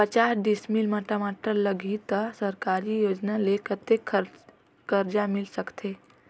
पचास डिसमिल मा टमाटर लगही त सरकारी योजना ले कतेक कर्जा मिल सकथे?